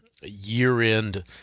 year-end